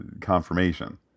confirmation